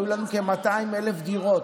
היו לנו כ-200,000 דירות,